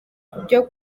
kubyo